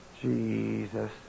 Jesus